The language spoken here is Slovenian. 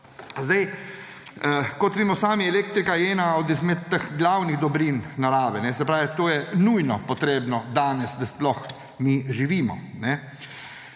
Kot vemo sami, elektrika je ena izmed teh glavnih dobrin narave. Se pravi, to je nujno potrebno danes, da sploh mi živimo.